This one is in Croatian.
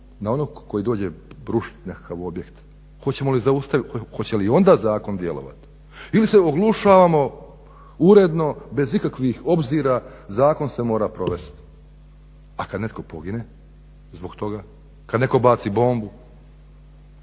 na onog koji dođe rušit nekakav objekt. Hoće li i onda zakon djelovati? Ili se oglušavamo uredno bez ikakvih obzira zakon se mora provesti. A kad netko pogine zbog toga? Kad netko baci bombu,